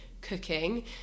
cooking